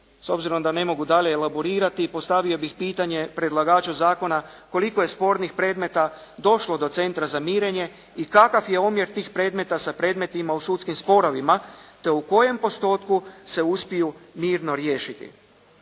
s obzirom da ne mogu dalje elaborirati postavio bih pitanje predlagaču zakona koliko je spornih predmeta došlo do centra za mirenje i kakav je omjer tih predmeta sa predmetima u sudskim sporovima? Te u kojem postotku se uspiju mirno riješiti?